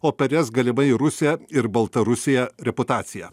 o per jas galimai į rusiją ir baltarusiją reputaciją